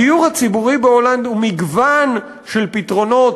הדיור הציבורי בהולנד הוא מגוון של פתרונות